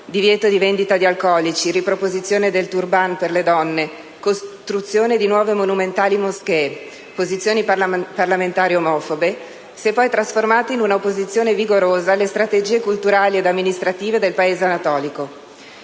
(divieto di vendita di alcolici, riproposizione del *turban* per le donne, costruzione di nuove monumentali moschee, posizioni parlamentari omofobe) si è poi trasformata in una opposizione vigorosa alle strategie culturali ed amministrative del Paese anatolico.